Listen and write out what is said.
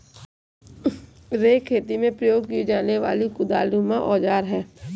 rake खेती में प्रयोग की जाने वाली कुदालनुमा औजार है